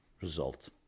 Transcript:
result